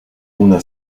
una